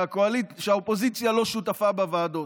שהאופוזיציה לא שותפה בוועדות.